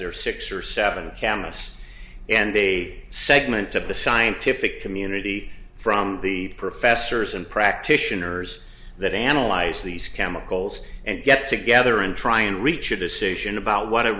their six or seven chemists and a segment of the scientific community from the professors and practitioners that analyze these chemicals and get together and try and reach a decision about what